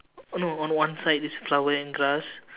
no on one side is flower and grass